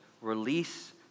release